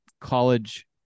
college